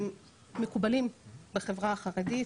הם מקובלים בחברה החרדית,